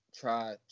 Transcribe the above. try